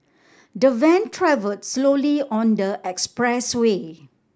the van travelled slowly on the expressway